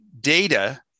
data